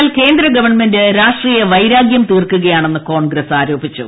എന്നാൽ കേന്ദ്ര ഗവൺമെന്റ് രാഷ്ട്രീയവൈരാഗ്യം തീർക്കുകയാണെന്ന് കോൺഗ്രസ് ആരോപിച്ചു